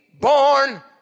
born